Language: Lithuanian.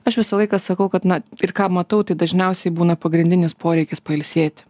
aš visą laiką sakau kad na ir ką matau tai dažniausiai būna pagrindinis poreikis pailsėti